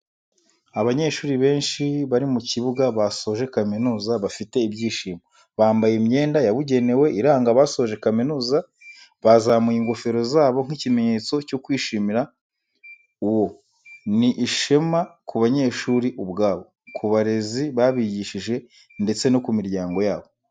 Abanyeshuri benshi bari mu kibuga basoje kamizuza bafite ibyishimo, bambaye imyenda yabugenewe iranga abasoje kaminuza bazamuye ingofero zabo nk'ikimenyetso cyo kwishimira uwo, ni ishema ku banyeshuri ubwabo, ku barezi babigishije ndetse no ku miryango yabo.